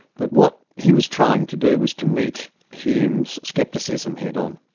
but what he was trying to do was to meet hume's scepticism head-on,